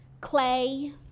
Clay